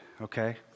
okay